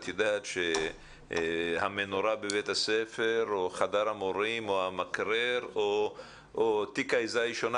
את יודעת שהמנורה בבית הספר או חדר המורים או המקרר או תיק עזרה ראשונה,